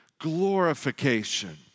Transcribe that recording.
glorification